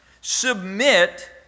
submit